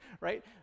right